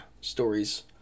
stories